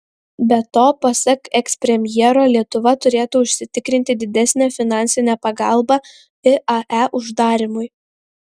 be to pasak ekspremjero lietuva turėtų užsitikrinti didesnę finansinę pagalbą iae uždarymui